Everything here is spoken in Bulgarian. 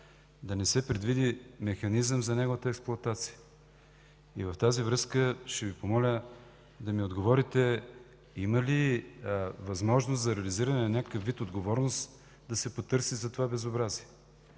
да не се предвиди механизъм за неговата експлоатация? В тази връзка ще Ви помоля да ми отговорите има ли възможност за реализиране на някакъв вид отговорност за това безобразие?